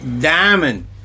diamond